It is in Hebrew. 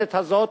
בשרשרת הזאת,